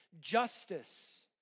justice